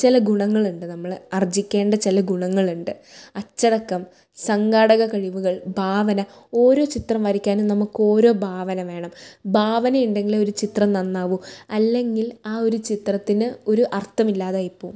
ചില ഗുണങ്ങളുണ്ട് നമ്മള് ആർജ്ജിക്കേണ്ട ചില ഗുണങ്ങളുണ്ട് അച്ചടക്കം സംഘാടക കഴിവുകൾ ഭാവന ഓരോ ചിത്രം വരക്കാനും നമുക്കൊരോ ഭാവന വേണം ഭാവന ഉണ്ടെങ്കിലേ ഒരു ചിത്രം നന്നാവു അല്ലെങ്കിൽ ആ ഒരു ചിത്രത്തിന് ഒരു അർത്ഥമില്ലാതായിപ്പോവും